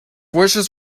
wishes